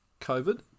COVID